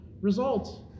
result